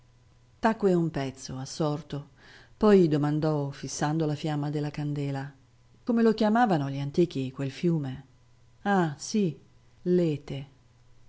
sonno tacque un pezzo assorto poi domandò fissando la fiamma della candela come lo chiamavano gli antichi quel fiume ah sì lete